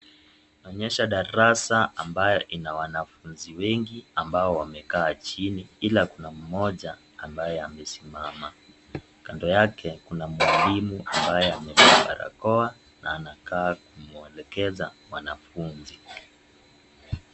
Onyesha darasa ambayo ina wanafunzi wengi ambao wamekaa chini, ila kuna mmoja ambaye amesimama. Kando yake kuna mwalimu ambaye amevaa barakoa na anakaa kumwelekeza mwanafunzi.